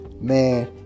man